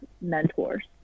mentors